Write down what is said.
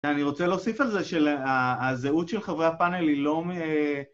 ואני רוצה להוסיף על זה שהזהות של חברי הפאנל היא לא